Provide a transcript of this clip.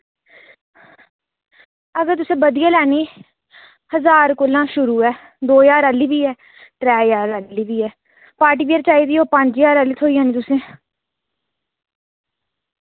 अगर तुसें बधिया लैनी ज्हार कोला शुरू ऐ दो ज्हार आह्ली बी ऐ त्रै ज्हार आह्ली बी ऐ पार्टी वियर चाहिदी ओ पंज ज्हार आह्ली थ्होई जानी तुसें